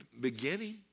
beginning